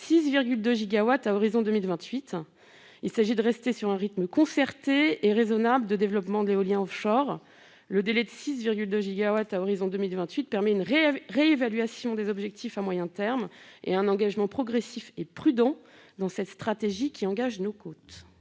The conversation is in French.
6,2 gigawatts à l'horizon 2028. Il s'agit de rester sur un rythme concerté et raisonnable de développement de l'éolien offshore. Ce délai permet une réévaluation des objectifs à moyen terme et un engagement progressif et prudent dans cette stratégie qui engage nos côtes.